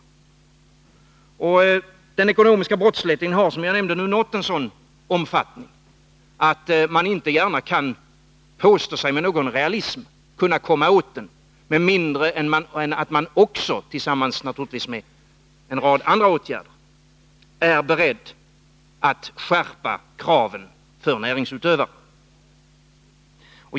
Den ekonomiska brottsligheten har, som jag nämnde, nu nått en sådan omfattning att man inte gärna med någon realism kan påstå sig ha möjlighet att komma åt den med mindre än att man också, naturligtvis tillsammans med andra åtgärder, är beredd att skärpa kraven för näringsutövaren.